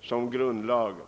som grundlagen.